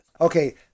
Okay